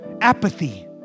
apathy